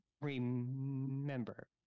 remember